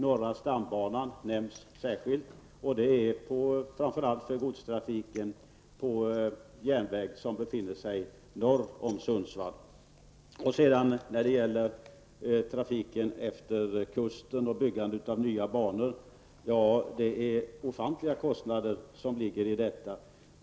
Norra stambanan nämns särskilt i betänkandet, och den rör framför allt godstrafik på järnväg norr om Vidare vill jag säga att det ligger ofantliga kostnader i trafiken efter kusten och i byggandet av nya banor.